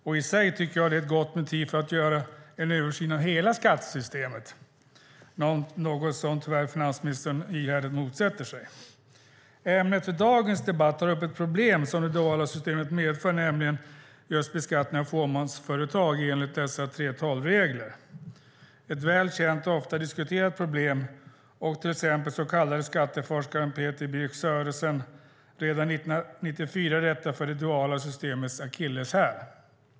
Jag tycker att det i sig är ett gott motiv för att göra en översyn av hela skattesystemet, men det är tyvärr något som finansministern ihärdigt motsätter sig. Dagens debatt handlar om ett problem som det duala systemet medför, nämligen just beskattningen av fåmansföretag enligt dessa 3:12-regler. Det är ett väl känt och ofta diskuterat problem. Till exempel kallade skatteforskaren Peter Birch Sørensen redan 1994 detta för det duala systemets akilleshäl.